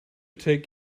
take